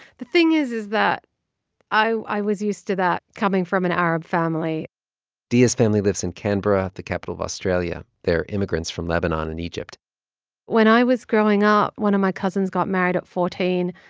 the thing is is that i i was used to that, coming from an arab family diaa's family lives in canberra, the capital of australia. they're immigrants from lebanon and egypt when i was growing up, one of my cousins got married at fourteen.